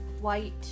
white